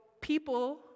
people